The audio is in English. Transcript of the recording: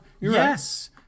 yes